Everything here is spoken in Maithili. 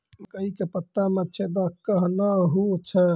मकई के पत्ता मे छेदा कहना हु छ?